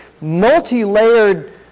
multi-layered